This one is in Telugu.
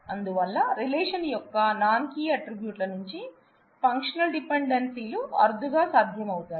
అందువల్ల రిలేషన్ యొక్క నాన్ కి అట్రిబ్యూట్ల నుంచి ఫంక్షనల్ డిపెండెన్సీలు అరుదుగా సాధ్యం అవుతాయి